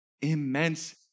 immense